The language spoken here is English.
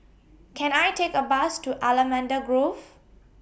Can I Take A Bus to Allamanda Grove